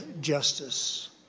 justice